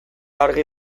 argi